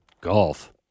golf